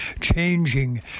changing